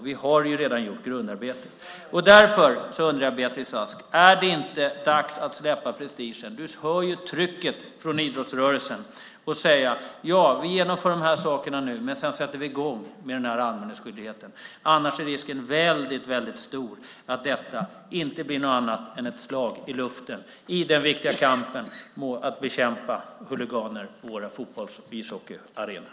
Vi har redan gjort grundarbetet. Därför undrar jag, Beatrice Ask, om det inte är dags att släppa prestigen - du hör ju trycket från idrottsrörelsen - och säga: Ja, vi genomför de här sakerna nu, men sedan sätter vi i gång med den här anmälningsskyldigheten. Annars är risken väldigt stor att detta inte blir något annat än ett slag i luften i det viktiga arbetet med att bekämpa huliganer på våra fotbolls och ishockeyarenor.